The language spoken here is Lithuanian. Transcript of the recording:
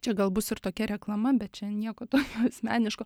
čia gal bus ir tokia reklama bet čia nieko tokio asmeniško